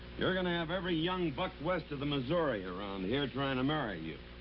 you're going to have every young buck west of the missouri. around here trying to marry you.